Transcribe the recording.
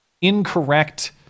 incorrect